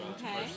Okay